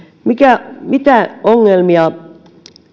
mitä ongelmia